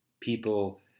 people